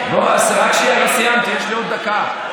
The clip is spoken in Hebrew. רק שנייה, לא סיימתי, יש לי עוד דקה.